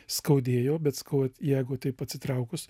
skaudėjo bet sakau vat jeigu taip atsitraukus